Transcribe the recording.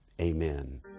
Amen